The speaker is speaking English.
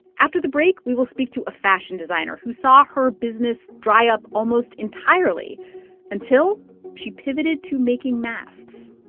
after the break, we will speak to a fashion designer who saw her business dry up almost entirely until she pivoted to making masks